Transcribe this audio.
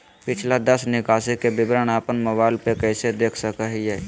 पिछला दस निकासी के विवरण अपन मोबाईल पे कैसे देख सके हियई?